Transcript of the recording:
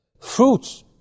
Fruits